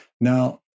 Now